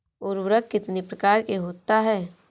उर्वरक कितनी प्रकार के होता हैं?